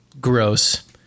gross